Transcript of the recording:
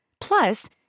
Plus